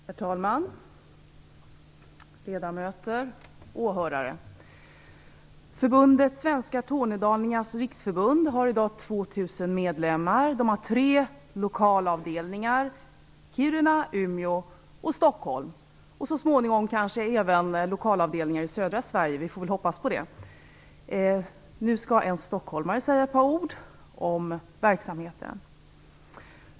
Herr talman! Ledamöter! Åhörare! Svenska Tornedalingars Riksförbund har i dag 2 000 medlemmar. Man har tre lokalavdelningar i Kiruna, Umeå och Stockholm, och så småningom kanske också lokalavdelningar i södra Sverige. Vi får hoppas på det. Nu skall en stockholmare säga ett par ord om verksamheten.